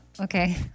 okay